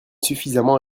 suffisamment